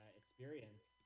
experience